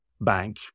Bank